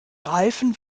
reifen